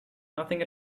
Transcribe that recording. nothing